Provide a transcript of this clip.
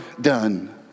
done